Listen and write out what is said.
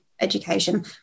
education